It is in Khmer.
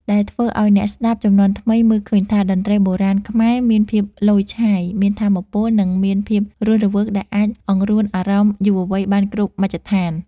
ដែលធ្វើឱ្យអ្នកស្តាប់ជំនាន់ថ្មីមើលឃើញថា តន្ត្រីបុរាណខ្មែរមានភាពឡូយឆាយ មានថាមពល និងមានភាពរស់រវើកដែលអាចអង្រួនអារម្មណ៍យុវវ័យបានគ្រប់មជ្ឈដ្ឋាន។